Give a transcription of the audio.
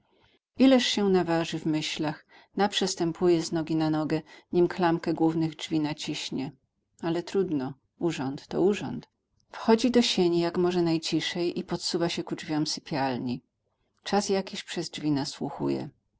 ileż się naważy w myślach naprzestępuje z nogi na nogę nim klamkę głównych drzwi naciśnie ale trudno urząd to urząd wchodzi do sieni jak może najciszej i podsuwa się ku drzwiom sypialni czas jakiś przez drzwi nasłuchuje